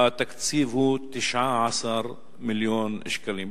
התקציב הוא 19 מיליון שקלים.